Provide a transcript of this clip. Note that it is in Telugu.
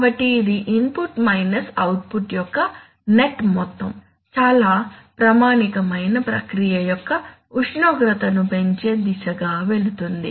కాబట్టి ఇది ఇన్పుట్ మైనస్ అవుట్పుట్ యొక్క నెట్ మొత్తం చాలా ప్రామాణికమైన ప్రక్రియ యొక్క ఉష్ణోగ్రతను పెంచే దిశగా వెళుతుంది